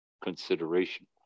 consideration